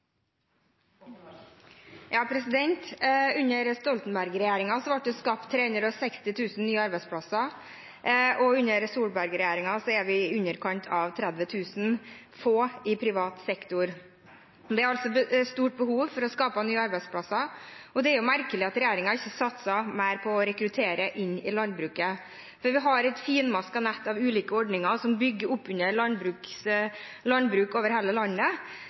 det skapt 360 000 nye arbeidsplasser, og under Solberg-regjeringen er det i underkant av 30 000 i privat sektor. Det er altså stort behov for å skape nye arbeidsplasser. Det er merkelig at regjeringen ikke satser mer på å rekruttere inn i landbruket, når vi har et finmasket nett av ulike ordninger som bygger opp under landbruk over hele landet.